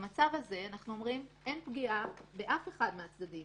במצב הזה אין פגיעה באף אחד מהצדדים.